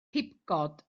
pibgod